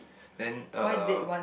then uh